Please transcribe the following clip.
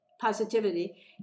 positivity